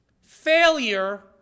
Failure